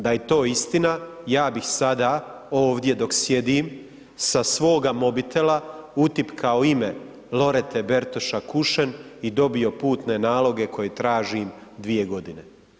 Da je to istina ja bih sada ovdje dok sjedim sa svoga mobitela utipkao ime Lorete Bertoša Kušen i dobio putne naloge koje tražim 2 godine.